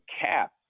cap